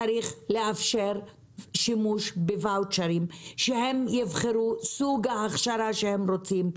צריך לאפשר שימוש בוואוצ'רים שהם יבחרו את סוג ההכשרה שהם רוצים.